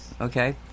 Okay